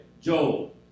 Joel